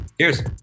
Cheers